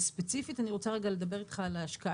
ספציפית אני רוצה לדבר איתך על ההשקעה